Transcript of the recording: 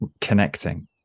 connecting